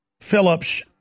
Phillips